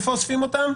איפה אוספים אותן?